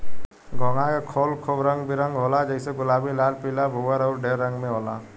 घोंघा के खोल खूब रंग बिरंग होला जइसे गुलाबी, लाल, पीला, भूअर अउर ढेर रंग में होला